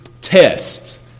tests